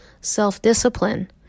self-discipline